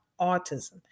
autism